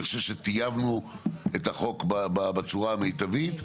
אני חושב שטייבנו את החוק בצורה המיטבית,